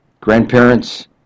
Grandparents